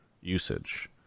usage